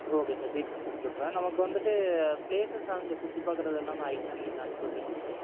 okay sir details அனுப்பிச்சி விட்றேன் நமக்கு வந்துட்டு ப்ளேசஸ் அங்கே சுற்றிப்பார்க்கறது எல்லாமே நீங்கள் அனுப்பிச்சி விட்ருவீங்களா சார்